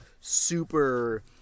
super